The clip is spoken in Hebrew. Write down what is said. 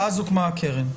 ואז הוקמה הקרן.